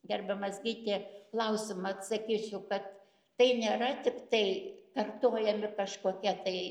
gerbiamas gyti klausimą atsakysiu kad tai nėra tiktai kartojamie kažkokie tai